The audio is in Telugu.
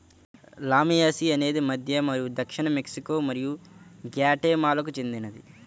లామియాసి అనేది మధ్య మరియు దక్షిణ మెక్సికో మరియు గ్వాటెమాలాకు చెందినది